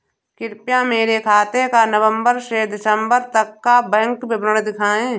कृपया मेरे खाते का नवम्बर से दिसम्बर तक का बैंक विवरण दिखाएं?